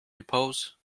repose